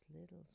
little